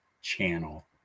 channel